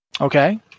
Okay